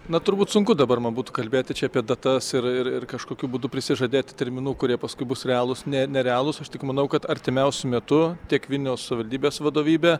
na turbūt sunku dabar man būtų kalbėti čia apie datas ir ir ir kažkokiu būdu prisižadėti terminų kurie paskui bus realūs ne nerealūs aš tik manau kad artimiausiu metu tiek vilniaus savivaldybės vadovybė